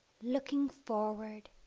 looking forward